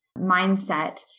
mindset